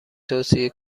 توصیه